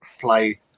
play